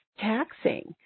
taxing